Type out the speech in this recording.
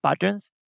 patterns